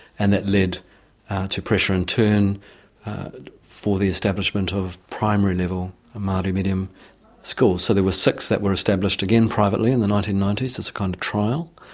and that led to pressure in turn for the establishment of primary-level maori medium schools. so there were six that were established, again privately, in the nineteen ninety s as a kind of trial.